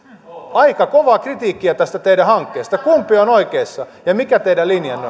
aika kovaa kritiikkiä tästä teidän hankkeestanne kumpi on oikeassa ja mikä teidän linjanne